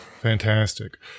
Fantastic